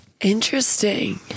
Interesting